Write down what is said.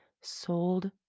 sold